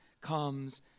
comes